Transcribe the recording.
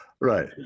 right